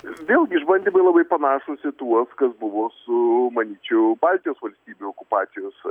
vėlgi išbandymai labai panašūs į tuos kas buvo su manyčiau baltijos valstybių okupacijos